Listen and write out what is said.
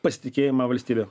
pasitikėjimą valstybe